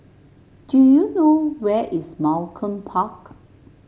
do you know where is Malcolm Park